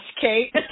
Kate